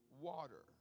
water